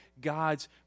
God's